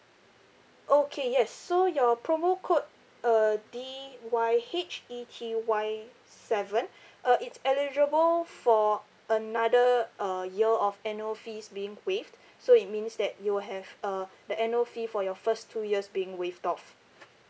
okay yes so your promo code uh D Y H E T Y seven uh it's eligible for another uh year of annual fees being waived so it means that you will have uh the annual fee for your first two years being waived off